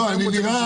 אענה.